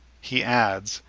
he adds,